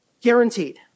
guaranteed